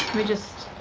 me just